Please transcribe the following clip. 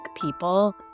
people